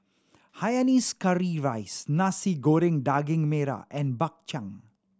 hainanese curry rice Nasi Goreng Daging Merah and Bak Chang